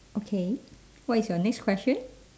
okay what is your next question